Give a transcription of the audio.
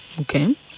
Okay